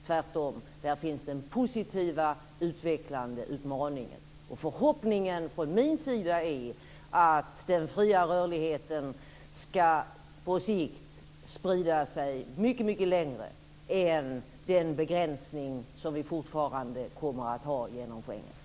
Tvärtom, där finns den positiva och utvecklande utmaningen. Min förhoppning är att den fria rörligheten på sikt ska sprida sig mycket längre än den begränsning som vi fortfarande kommer att ha genom Schengen.